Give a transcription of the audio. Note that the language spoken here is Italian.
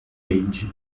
leggi